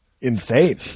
insane